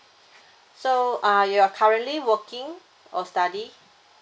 so uh you're currently working or study